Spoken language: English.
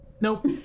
Nope